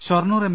Shoranur M